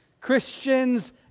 Christians